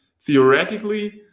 theoretically